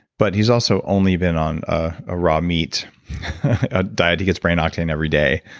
but he's also only been on a ah raw meat diet. he gets brain octane every day,